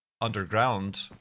underground